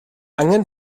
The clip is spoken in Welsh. angen